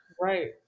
Right